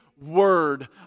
Word